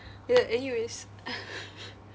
ya anyways